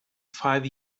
five